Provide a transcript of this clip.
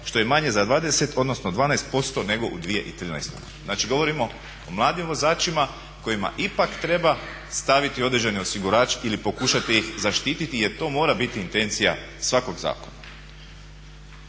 što je manje za 20, odnosno 12% nego u 2013. Znači govorimo o mladim vozačima kojima ipak treba staviti određeni osigurač ili pokušati ih zaštititi jer to mora biti intencija svakog zakona.